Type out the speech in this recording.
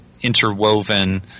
interwoven